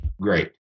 great